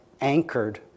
anchored